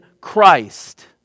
Christ